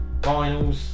vinyls